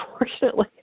unfortunately